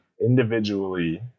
individually